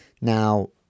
Now